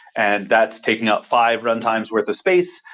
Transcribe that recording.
and that's taking up five runtimes worth of space,